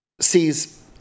sees